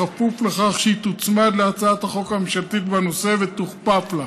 בכפוף לכך שהיא תוצמד להצעת החוק הממשלתית בנושא ותוכפף לה.